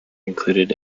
included